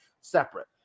separate